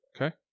Okay